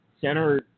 center